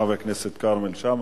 חבר הכנסת כרמל שאמה,